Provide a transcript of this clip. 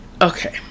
Okay